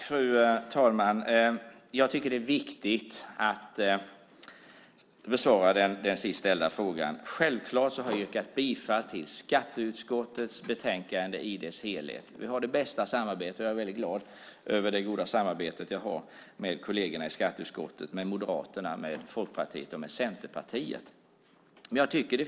Fru talman! Jag tycker att det är viktigt att besvara den sist ställda frågan. Självklart har jag yrkat bifall till förslaget i skatteutskottets betänkande i dess helhet. Vi har det bästa samarbete. Jag är väldigt glad över det goda samarbetet jag har med kollegerna i skatteutskottet, med Moderaterna, med Folkpartiet och med Centerpartiet.